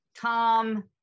Tom